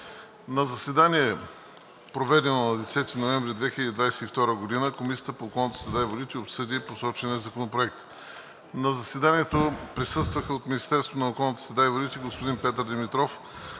На заседание, проведено на 10 ноември 2022 г., Комисията по околната среда и водите обсъди посочения законопроект. На заседанието присъстваха: от Министерство на околната среда и водите – господин Петър Димитров,